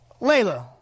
Layla